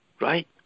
right